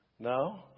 No